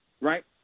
right